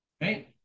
right